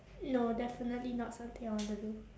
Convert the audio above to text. no definitely not something I want to do